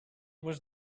was